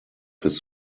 his